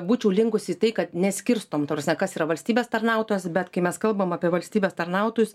būčiau linkusi į tai kad neskirstom ta prasme kas yra valstybės tarnautojas bet kai mes kalbam apie valstybės tarnautojus